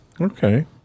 Okay